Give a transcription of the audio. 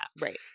right